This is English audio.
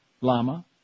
Lama